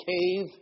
cave